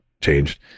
changed